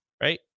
right